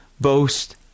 boast